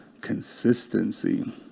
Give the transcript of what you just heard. consistency